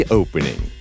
opening